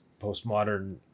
postmodern